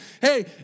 hey